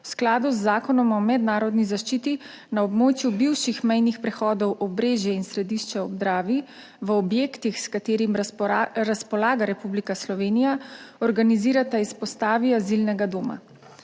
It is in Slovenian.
v skladu z Zakonom o mednarodni zaščiti na območju bivših mejnih prehodov Obrežje in Središče ob Dravi, v objektih, s katerimi razpolaga Republika Slovenija, organizirata izpostavi azilnega doma.